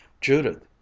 judith